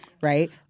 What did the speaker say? Right